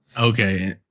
Okay